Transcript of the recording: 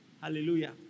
Hallelujah